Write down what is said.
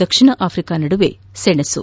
ದಕ್ಷಿಣ Africa ನಡುವೆ ಸೆಣಸು